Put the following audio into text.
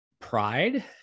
pride